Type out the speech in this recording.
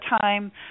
time